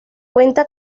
cuenta